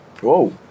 whoa